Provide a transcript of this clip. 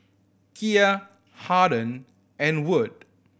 Kiya Harden and Wood